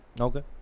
Okay